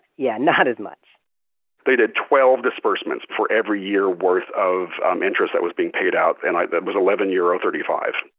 yeah, not as much they did twelve disbursements for every year worth of um interest that was being paid out, and that was eleven euro, thirty five.